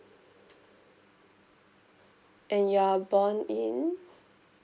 and you are born in